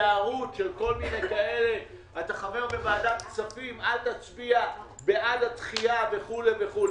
להסתערות אתה חבר בוועדת הכספים - אל תצביע בעד הדחייה וכו'.